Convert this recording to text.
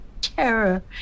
terror